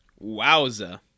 Wowza